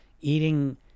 eating